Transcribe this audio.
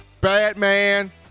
Batman